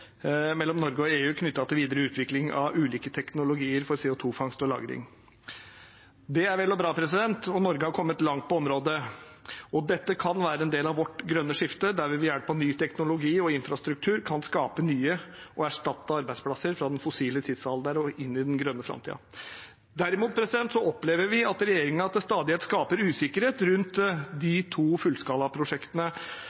mellom Norge og EU knyttet til videre utvikling av ulike teknologier for CO2-fangst og -lagring. Det er vel og bra, og Norge har kommet langt på området, og dette kan være en del av vårt grønne skifte, der vi ved hjelp av ny teknologi og infrastruktur kan skape nye arbeidsplasser og erstatte arbeidsplasser fra den fossile tidsalderen og inn i den grønne framtiden. Derimot opplever vi at regjeringen til stadighet skaper usikkerhet rundt